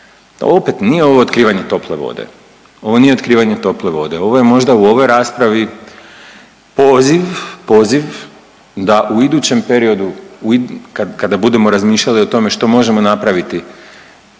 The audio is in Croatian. ovo nije otkrivanje tople vode, ovo nije otkrivanje tople vode, ovo je možda u ovoj raspravi poziv, poziv da u idućem periodu kad, kada budemo razmišljali o tome što možemo napraviti